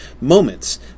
moments